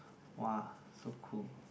!wah! so cool